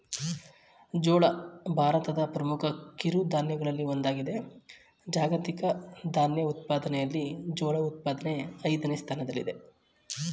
ಜೋಳ ಭಾರತದ ಪ್ರಮುಖ ಕಿರುಧಾನ್ಯಗಳಲ್ಲಿ ಒಂದಾಗಿದೆ ಜಾಗತಿಕ ಧಾನ್ಯ ಉತ್ಪಾದನೆಯಲ್ಲಿ ಜೋಳ ಉತ್ಪಾದನೆ ಐದನೇ ಸ್ಥಾನದಲ್ಲಿದೆ